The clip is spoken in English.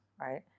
right